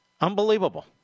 Unbelievable